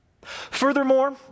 Furthermore